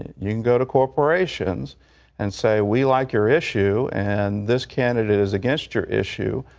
you can go to corporations and say we like your issue and this candidate is against your issue.